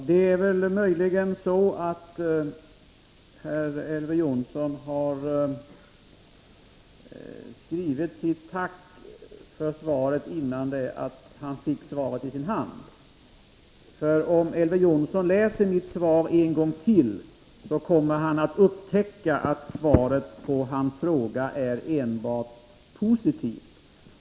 Herr talman! Det är möjligen så att Elver Jonsson har skrivit sitt tack för svaret innan han fick detta i sin hand. Om Elver Jonsson läser mitt svar en gång till, kommer han att upptäcka att svaret på hans fråga är enbart positivt.